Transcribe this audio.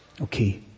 Okay